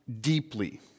deeply